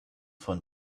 von